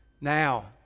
now